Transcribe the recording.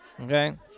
Okay